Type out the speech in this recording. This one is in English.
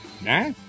Nah